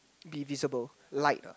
be visible light ah